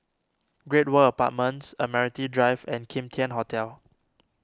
Great World Apartments Admiralty Drive and Kim Tian Hotel